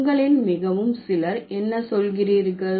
உங்களில் மிகவும் சிலர் என்ன சொல்கிறீர்கள்